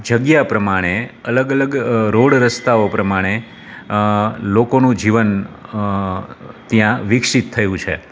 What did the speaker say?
જગ્યા પ્રમાણે અલગ અલગ રોડ રસ્તાઓ પ્રમાણે લોકોનું જીવન ત્યાં વિકસિત થયું છે